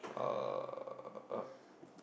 uh